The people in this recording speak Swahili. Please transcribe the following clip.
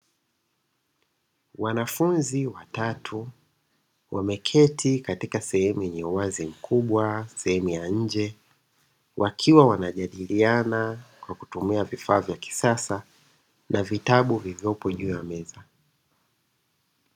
Wanafunzi watatu wameketi katika sehemu yenye uwazi mkubwa, sehemu ya nje wakiwa wanajadiliana kwa kutumia vifaa vya kisasa na vitabu vilivyopo juu ya meza.